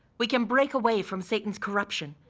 we can break away from satan's corruption.